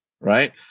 right